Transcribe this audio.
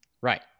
Right